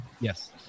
yes